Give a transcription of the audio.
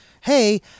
hey